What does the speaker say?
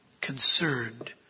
concerned